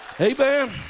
Amen